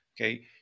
okay